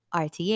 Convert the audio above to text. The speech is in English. RTH